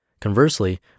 Conversely